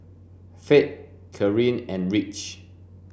Fate Karyn and Ridge